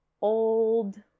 old